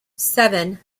seven